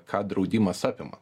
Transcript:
ką draudimas apima